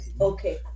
Okay